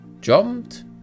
jumped